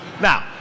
Now